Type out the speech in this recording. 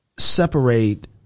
Separate